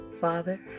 Father